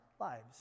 lives